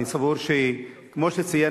כמו שצוין,